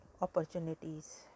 opportunities